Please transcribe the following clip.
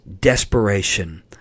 desperation